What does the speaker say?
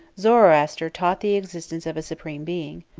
zoroaster taught the existence of a supreme being,